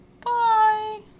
Bye